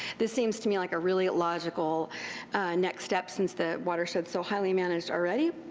this seems to me like a really logical next step since the watershedis so highly managed already.